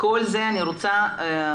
כל זה אני רוצה שיטופל.